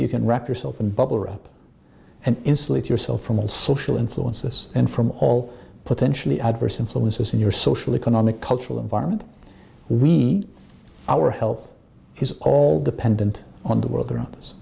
you can wrap yourself in bubble wrap and insulate yourself from all social influences and from all potentially adverse influences in your social economic cultural environment we our health is all dependent on the world around